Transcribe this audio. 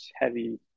heavy